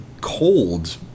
cold